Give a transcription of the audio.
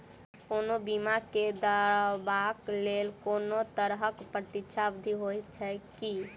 कोनो बीमा केँ दावाक लेल कोनों तरहक प्रतीक्षा अवधि होइत छैक की?